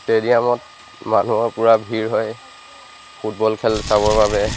ষ্টেডিয়ামত মানুহৰ পূৰা ভিৰ হয় ফুটবল খেল চাবৰ বাবে